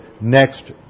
next